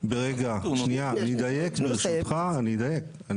לך מה שקורה.